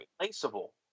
replaceable